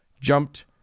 jumped